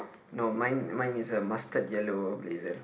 no mine mine is a mustard yellow blazer